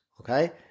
okay